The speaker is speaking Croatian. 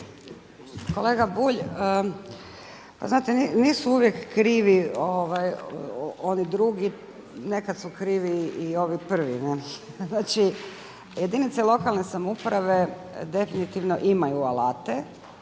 Kolega Bulj, pa znate nisu uvijek krivi oni drugi nekad su krivi i ovi prvi. Ne? Znači jedinice lokalne samouprave definitivno imaju alate